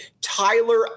Tyler